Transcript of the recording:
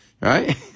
Right